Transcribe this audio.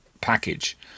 package